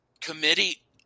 committee